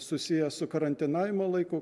susiję su karantinavimo laiku